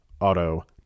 Auto